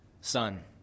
son